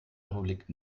republik